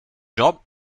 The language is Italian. john